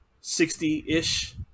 sixty-ish